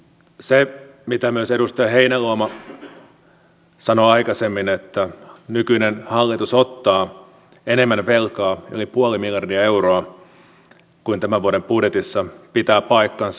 se mitä myös edustaja heinäluoma sanoi aikaisemmin että nykyinen hallitus ottaa enemmän velkaa yli puoli miljardia euroa kuin tämän vuoden budjetissa on pitää paikkansa